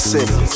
City